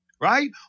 right